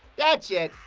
that's it.